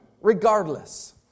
regardless